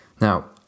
Now